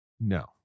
No